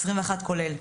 עשרים ואחת כולל.